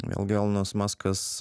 vėlgi elonas muskas